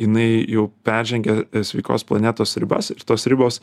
jinai jau peržengė sveikos planetos ribas ir tos ribos